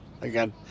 again